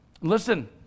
Listen